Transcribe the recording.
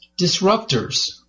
disruptors